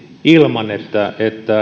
ilman että